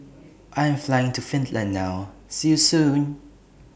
I Am Flying to Finland now See YOU Soon